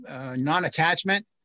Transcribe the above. non-attachment